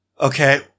Okay